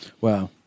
Wow